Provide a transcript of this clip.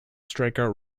strikeout